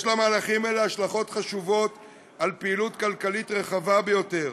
יש למהלכים השלכות חשובות על פעילות כלכלית רחבה ביותר,